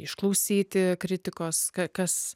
išklausyti kritikos kas